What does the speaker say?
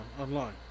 online